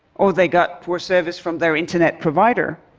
or they got poor service from their internet provider.